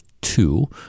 two